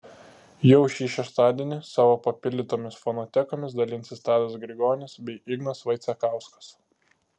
jau šį šeštadienį savo papildytomis fonotekomis dalinsis tadas grigonis bei ignas vaicekauskas